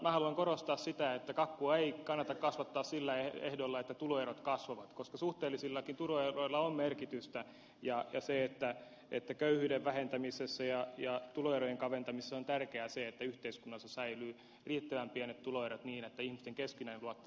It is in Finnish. minä haluan korostaa sitä että kakkua ei kannata kasvattaa sillä ehdolla että tuloerot kasvavat koska suhteellisillakin tuloeroilla on merkitystä ja köyhyyden vähentämisessä ja tuloerojen kaventamisessa on tärkeää se että yhteiskunnassa säilyvät riittävän pienet tuloerot niin että ihmisten keskinäinen luottamus säilyy